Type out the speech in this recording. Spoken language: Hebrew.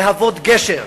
להוות גשר,